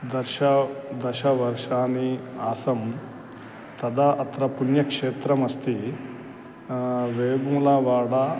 दश दशवर्षाणि आसं तदा अत्र पुण्यक्षेत्रम् अस्ति वेमुलावाडा